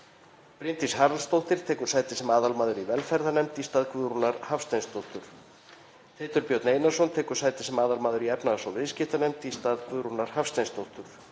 Bryndís Haraldsdóttir tekur sæti sem aðalmaður í velferðarnefnd í stað Guðrúnar Hafsteinsdóttur. Teitur Björn Einarsson tekur sæti sem aðalmaður í efnahags- og viðskiptanefnd í stað Guðrúnar Hafsteinsdóttur.